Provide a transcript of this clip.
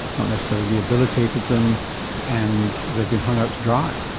not necessarily rehabilitated them and they've been hung out to dry.